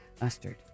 Mustard